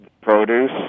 produce